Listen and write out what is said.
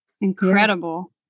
Incredible